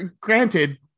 Granted